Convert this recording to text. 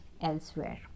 elsewhere